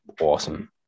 awesome